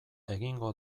egingo